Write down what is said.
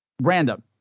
random